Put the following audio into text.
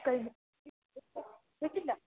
കഴിഞ്ഞു കേട്ടില്ല